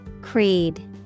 Creed